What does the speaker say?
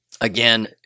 again